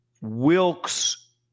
Wilkes